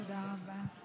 תודה רבה.